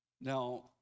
Now